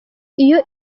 iyo